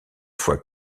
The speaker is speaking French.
fois